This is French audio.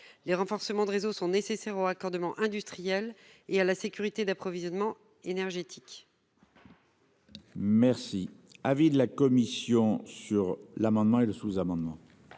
Les renforcements de réseaux sont nécessaires au raccordement industriel et à la sécurité d'approvisionnement énergétique. Merci. Avis de la commission sur l'amendement et le sous-amendement.